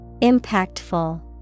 Impactful